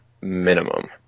minimum